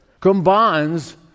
combines